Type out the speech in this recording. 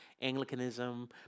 Anglicanism